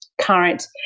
current